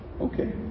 okay